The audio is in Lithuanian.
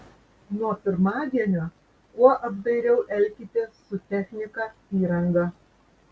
nuo pirmadienio kuo apdairiau elkitės su technika įranga